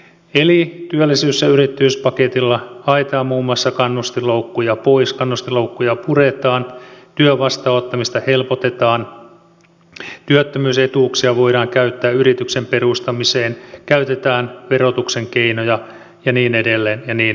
eli työllisyys ja yrittäjyyspaketilla haetaan muun muassa kannustinloukkuja pois kannustinloukkuja puretaan työn vastaanottamista helpotetaan työttömyysetuuksia voidaan käyttää yrityksen perustamiseen käytetään verotuksen keinoja ja niin edelleen ja niin edelleen